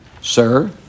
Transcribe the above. Sir